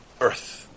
earth